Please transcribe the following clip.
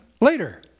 later